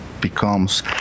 becomes